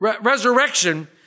resurrection